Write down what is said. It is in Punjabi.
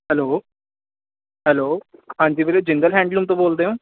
ਹੈਲੋ ਹੈਲੋ ਹਾਂਜੀ ਵੀਰੇ ਜਿੰਦਲ ਹੈਂਡਲੂਮ ਤੋਂ ਬੋਲਦੇ ਹੋ